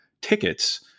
tickets